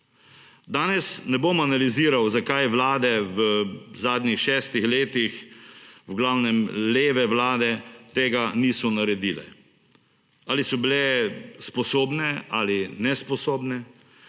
Danes ne bom analiziral zakaj vlade v zadnjih 6-ih letih, v glavnem leve vlade tega niso naredile. Ali so bile sposobne ali nesposobne,